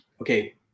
okay